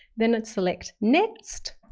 then i'd select, next.